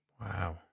Wow